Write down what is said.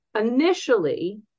Initially